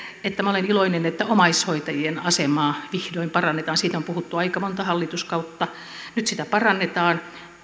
että minä olen iloinen että omaishoitajien asemaa vihdoin parannetaan siitä on puhuttu aika monta hallituskautta nyt sitä parannetaan